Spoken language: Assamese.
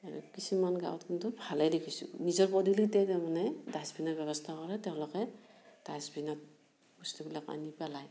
আৰু কিছুমান গাঁৱত কিন্তু ভালেই দেখিছোঁ নিজৰ পদূলিতে তাৰমানে ডাষ্টবিনৰ ব্যৱস্থা কৰে তেওঁলোকে ডাষ্টবিনত বস্তুবিলাক আনি পেলায়